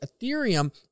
Ethereum